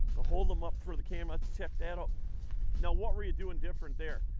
hold him up for the camera. and um now what were you doing different there?